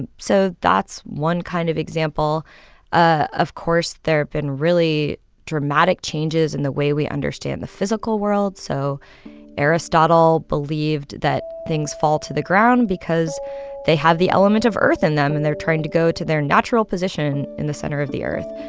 and so that's one kind of example of course, there have been really dramatic changes in the way we understand the physical world. so aristotle believed that things fall to the ground because they have the element of earth in them, and they're trying to go to their natural position in the center of the earth.